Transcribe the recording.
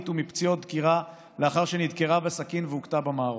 ומפציעות דקירה לאחר שנדקרה בסכין והוכתה במערוך.